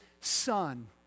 son